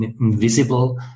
invisible